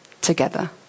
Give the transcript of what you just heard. together